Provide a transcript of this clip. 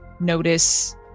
notice